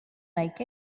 like